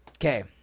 Okay